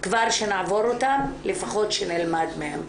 כבר שנעבור אותם, לפחות שנלמד מהם.